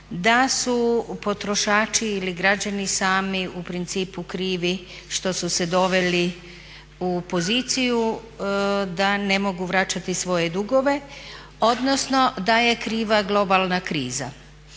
da su potrošači ili građani sami u principu krivi što su se doveli u poziciju da ne mogu vraćati svoje dugove, odnosno da je kriva globalna kriza.